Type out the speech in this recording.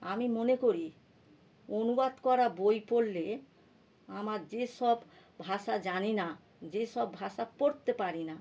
আমি মনে করি অনুবাদ করা বই পড়লে আমার যেসব ভাষা জানি না যেসব ভাষা পড়তে পারি না